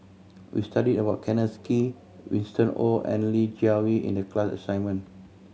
we studied about Kenneth Kee Winston Oh and Li Jiawei in the class assignment